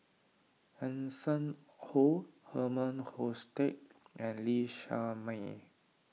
Hanson Ho Herman Hochstadt and Lee Shermay